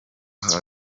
kuvuka